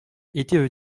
était